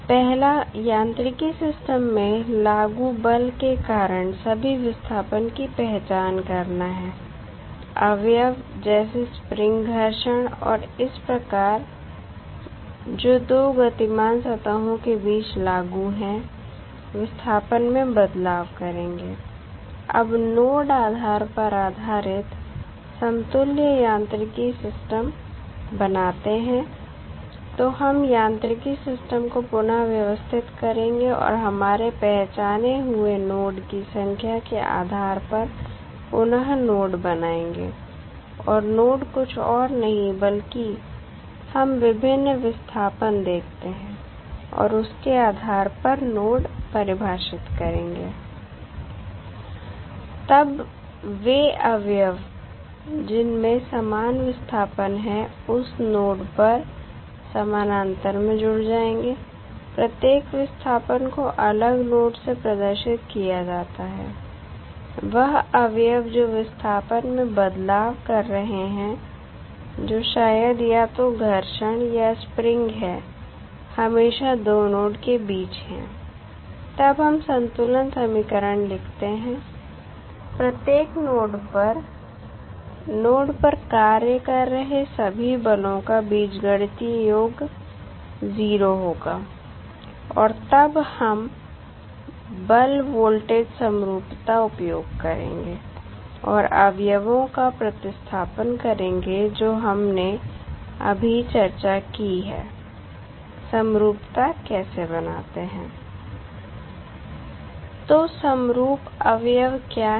पहला यांत्रिकी सिस्टम में लागू बल के कारण सभी विस्थापन की पहचान करना है अवयव जैसे स्प्रिंग घर्षण और इस प्रकार जो दो गतिमान सतहो के बीच लागू हैं विस्थापन में बदलाव करेंगे अब नोड आधार पर आधारित समतुल्य यांत्रिकी सिस्टम बनाते हैं तो हम यांत्रिकी सिस्टम को पुनः व्यवस्थित करेंगे और हमारे पहचाने हुए नोड की संख्या के आधार पर पुनः बनाएंगे और नोड कुछ और नहीं बल्कि हम विभिन्न विस्थापन देखते हैं और उस के आधार पर नोड परिभाषित करेंगे तब वे अवयव जिनमें समान विस्थापन है उस नोड पर समानांतर में जुड़ जाएंगे प्रत्येक विस्थापन को अलग नोड से प्रदर्शित किया जाता है वह अवयव जो विस्थापन में बदलाव कर रहे हैं जो शायद या तो घर्षण या स्प्रिंग है हमेशा दो नोड के बीच हैं तब हम संतुलन समीकरण लिखते हैं प्रत्येक नोड परनोड पर कार्य कर रहे सभी बलों का बीजगणितीय योग 0 होगा और तब हम बल वोल्टेज समरूपता उपयोग करेंगे और अवयवों का प्रतिस्थापन करेंगे जो हमने अभी चर्चा की है समरूपता कैसे बनाते हैं तो समरूप अवयव क्या हैं